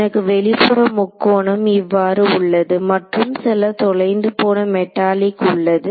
எனக்கு வெளிப்புற முக்கோணம் இவ்வாறு உள்ளது மற்றும் சில தொலைந்துபோன மெட்டாலிக் உள்ளது